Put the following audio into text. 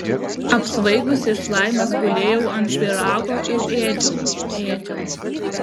apsvaigusi iš laimės gulėjau ant pyrago ir ėdžiau ėdžiau